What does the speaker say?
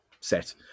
set